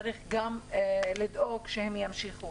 צריך לדאוג שהם ימשיכו.